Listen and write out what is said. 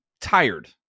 tired